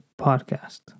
podcast